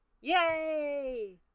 Yay